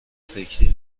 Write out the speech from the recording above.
فکری